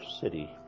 city